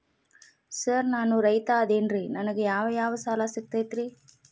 Sir ನಾನು ರೈತ ಅದೆನ್ರಿ ನನಗ ಯಾವ್ ಯಾವ್ ಸಾಲಾ ಸಿಗ್ತೈತ್ರಿ?